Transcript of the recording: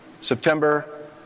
September